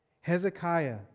Hezekiah